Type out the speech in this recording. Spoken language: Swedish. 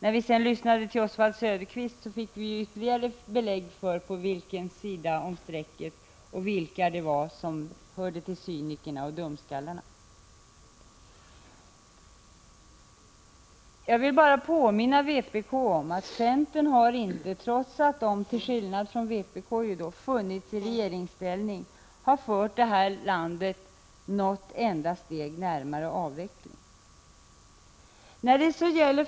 När vi sedan lyssnade till Oswald Söderqvist fick vi ytterligare belägg för på vilken sida om strecket han står och vilka som hörde till cynikerna och dumskallarna. Jag vill bara påminna vpk om att centern, trots att den till skillnad från vpk har suttit i regeringsställning, inte har fört landet ett enda steg närmare avvecklingen.